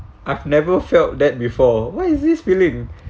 I've never felt that before what is this feeling